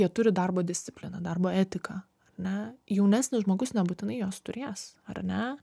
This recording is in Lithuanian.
jie turi darbo discipliną darbo etiką ar ne jaunesnis žmogus nebūtinai jos turės ar ne